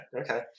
Okay